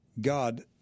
God